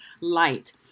light